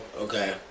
okay